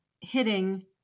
hitting